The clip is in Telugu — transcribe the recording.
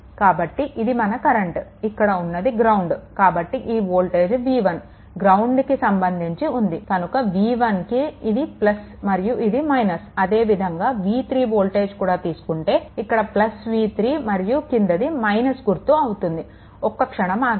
కాబట్టి ఇది మన కరెంట్ ఇక్కడ ఉన్నది గ్రౌండ్ కాబట్టి ఈ వోల్టేజ్ v1 గ్రౌండ్ కి సంబంధించి ఉంది కనుక v1 కి ఇది మరియు ఇది - అదే విధంగా v3 వోల్టేజ్ కూడా తీసుకుంటే ఇక్కడ v3 మరియు క్రింద - గుర్తు వస్తుంది ఒక్క క్షణం ఆగండి